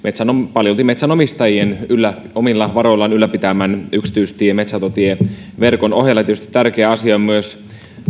paljolti metsänomistajien omilla varoillaan ylläpitämän yksityistie ja metsänhoitotieverkon ohella tärkeä asia on tietysti myös